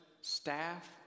staff